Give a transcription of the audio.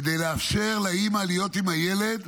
כדי לאפשר לאימא להיות עם הילד,